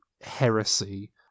heresy